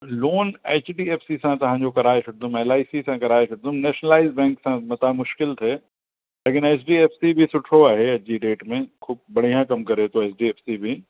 loan H D F C सां तव्हांजो कराए छॾदुमि एल आई सी सां कराए छॾदुमि नेशनलाइज़ बैंक सां मतां मुश्किल थिए लेकिन एच डी एफ़ सी बि सुठो आहे अॼ जी डेट में खूब बढ़िया कम करे थो एच डी एफ़ सी बि